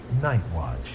Nightwatch